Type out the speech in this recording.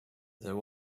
there